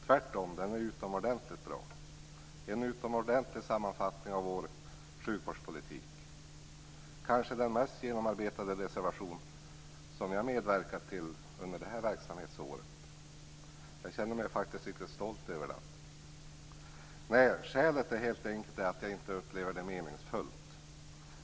Den är tvärtom utomordentligt bra, en utomordentlig sammanfattning av vår sjukvårdspolitik, kanske den mest genomarbetade reservation som jag har medverkat till under det här verksamhetsåret. Jag känner mig faktiskt riktigt stolt över den. Nej, skälet är helt enkelt att jag inte upplever det meningsfullt.